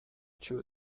two